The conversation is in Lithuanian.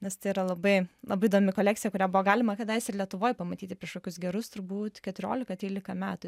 nes tai yra labai labai įdomi kolekcija kurią buvo galima kadaise ir lietuvoj pamatyti prieš kokius gerus turbūt keturiolika trylika metų